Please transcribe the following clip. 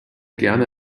gerne